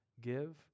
give